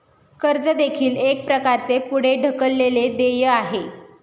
कर्ज देखील एक प्रकारचे पुढे ढकललेले देय आहे